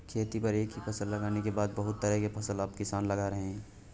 खेती पर एक ही फसल लगाने के बदले बहुत तरह का फसल अब किसान लगा रहे हैं